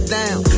down